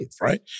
right